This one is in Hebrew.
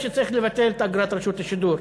שצריך לבטל את אגרת רשות השידור.